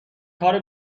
کار